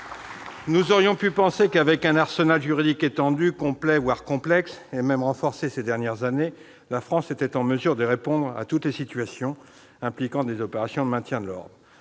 Nous aurions pu penser qu'avec un arsenal juridique étendu, complet, voire complexe, et même renforcé ces dernières années, la France était en mesure de répondre à toutes les situations impliquant des opérations de maintien de l'ordre.